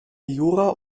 jura